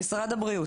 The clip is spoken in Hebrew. למשרד הבריאות,